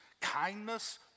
kindness